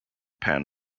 pan